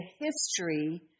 history